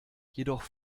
jedoch